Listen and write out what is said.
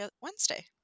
Wednesday